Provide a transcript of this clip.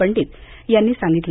पंडित यांनी सांगितलं